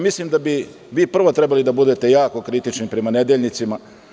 Mislim da bi vi prvi trebali da budete jako kritični prema nedeljnicima.